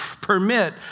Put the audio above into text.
Permit